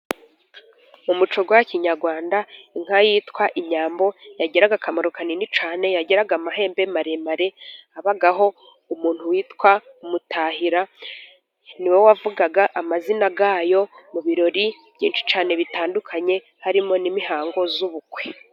Mu muco wa Kinyarwanda, inka yitwa Inyambo, yagiraga akamaro kanini cyane. Yagiraga amahembe maremare, habagaho umuntu witwa Umutahira, ni we wavugaga amazina yayo mu birori byinshi cyane, bitandukanye, harimo n'imihango y'ubukwe.